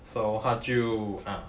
so 他就